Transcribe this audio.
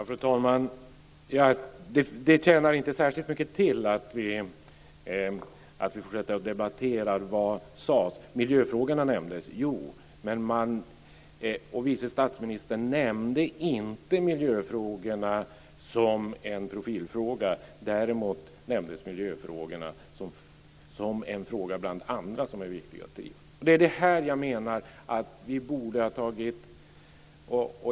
Fru talman! Det tjänar inte särskilt mycket till att vi fortsätter att debattera vad som sagts. Miljöfrågorna nämndes - ja. Men vice statsministern nämnde inte miljön som en profilfråga. Däremot nämndes miljön som en fråga bland andra som är viktiga att driva.